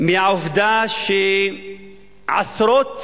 מהעובדה שעשרות